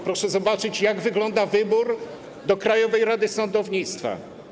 Proszę zobaczyć, jak wygląda wybór członków Krajowej Rady Sądownictwa.